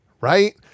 Right